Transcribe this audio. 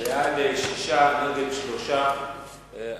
שישה בעד, שלושה נגד.